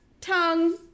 tongue